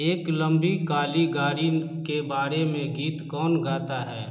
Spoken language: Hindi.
एक लम्बी काली गाड़ी के बारे में गीत कौन गाता है